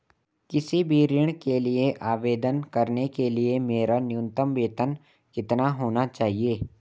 किसी भी ऋण के आवेदन करने के लिए मेरा न्यूनतम वेतन कितना होना चाहिए?